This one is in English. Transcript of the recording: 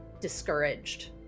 discouraged